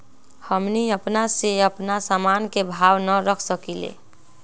हमनी अपना से अपना सामन के भाव न रख सकींले?